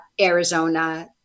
Arizona